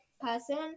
person